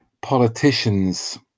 politicians